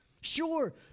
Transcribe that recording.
Sure